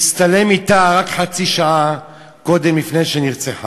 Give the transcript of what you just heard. הוא הצטלם אתה רק חצי שעה קודם שנרצחה.